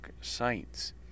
sites